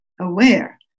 aware